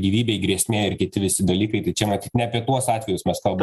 gyvybei grėsmė ir kiti visi dalykai tai čia matyt ne apie tuos atvejus mes kalbam